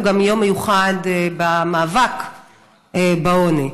הוא גם יום מיוחד למאבק בעוני.